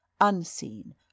unseen